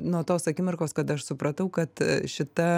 nuo tos akimirkos kada aš supratau kad šita